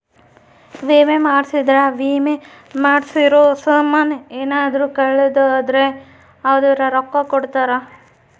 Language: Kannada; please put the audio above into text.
ವಿಮೆ ಮಾಡ್ಸಿದ್ರ ವಿಮೆ ಮಾಡ್ಸಿರೋ ಸಾಮನ್ ಯೆನರ ಹಾಳಾದ್ರೆ ಅದುರ್ ರೊಕ್ಕ ಕೊಡ್ತಾರ